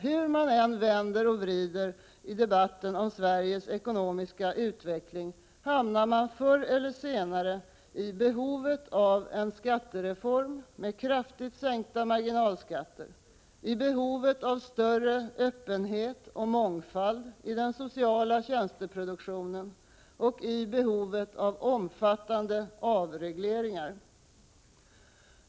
Hur man än vänder och vrider på debatten om Sveriges ekonomiska utveckling hamnar man förr eller senare i behovet av en skattereform, med kraftigt sänkta marginalskatter, i behovet av större öppenhet och mångfald i den sociala tjänsteproduktionen och i behovet av omfattande avregleringar.